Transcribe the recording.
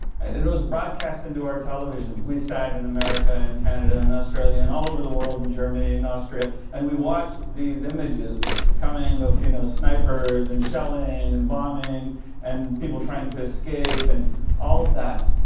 and and it was broadcast into our televisions. we sat in america and canada and australia and all over the world, in germany and austria and we watched these images coming of, you know, snipers and shelling and bombing and people trying to escape and all of that.